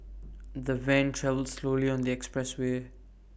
the van travelled slowly on the expressway